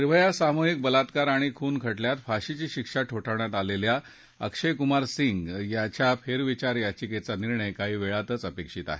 निर्भया सामूहिक बलात्कार आणि खून खटल्यात फाशीची शिक्षा ठोठावण्यात आलेल्या अक्षय कुमार सिंग याच्या फेरविचार याचिकेचा निर्णय काही वेळातच अपेक्षित आहे